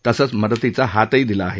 तसंच मदतीचा हातही दिला आहे